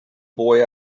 boy